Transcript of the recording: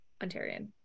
ontarian